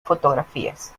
fotografías